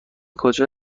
کجا